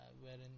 wherein